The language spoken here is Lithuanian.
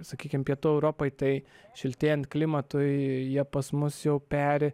sakykim pietų europoj tai šiltėjant klimatui jie pas mus jau peri